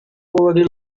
already